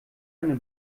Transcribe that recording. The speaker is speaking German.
eine